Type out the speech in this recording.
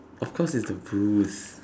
of course it's a bruise